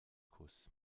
kuss